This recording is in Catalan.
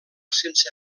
sense